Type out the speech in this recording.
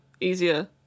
easier